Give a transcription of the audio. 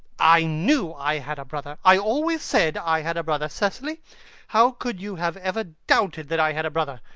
i knew i had a brother! i always said i had a brother! cecily how could you have ever doubted that i had a brother?